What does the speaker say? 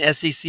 sec